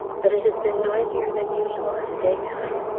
but it has been noisier than usual in the daytime.